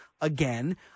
again –